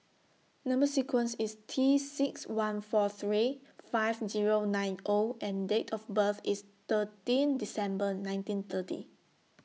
Number sequence IS T six one four three five Zero nine O and Date of birth IS thirteen December nineteen thirty